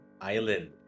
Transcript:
Island